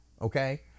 okay